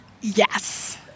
yes